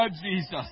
Jesus